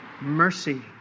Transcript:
Mercy